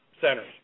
centers